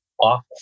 awful